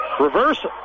Reverse